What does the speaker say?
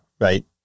right